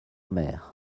mer